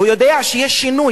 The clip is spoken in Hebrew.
הוא יודע שיש שינוי.